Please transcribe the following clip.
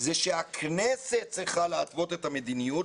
זה שהכנסת צריכה להתוות את המדיניות